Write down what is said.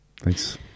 Thanks